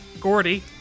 Gordy